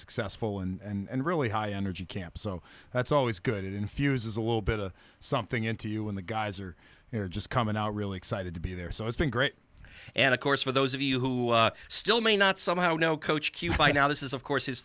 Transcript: successful and really high energy camp so that's always good it infuses a little bit of something into you and the guys are just coming out really excited to be there so it's been great and of course for those of you who still may not somehow know coach q by now this is of course his